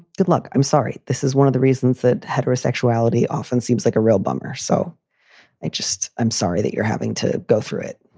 look, i'm sorry. this is one of the reasons that heterosexuality often seems like a real bummer. so i just i'm sorry that you're having to go through it.